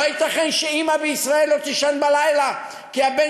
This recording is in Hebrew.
לא ייתכן שאימא בישראל לא תישן בלילה כי הבן